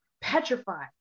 petrified